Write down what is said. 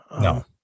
No